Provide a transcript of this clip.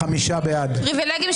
מי נמנע?